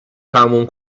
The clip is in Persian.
تموم